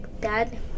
dad